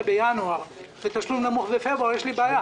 בינואר ותשלום נמוך בפברואר יש לי בעיה,